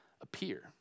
appear